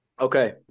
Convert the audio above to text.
okay